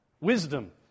Wisdom